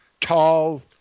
Tall